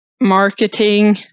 marketing